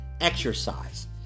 exercise